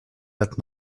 that